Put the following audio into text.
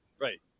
right